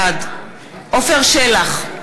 בעד עפר שלח,